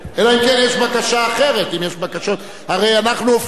הרי אנחנו הופכים לתוכנית כבקשתך, אז בבקשה.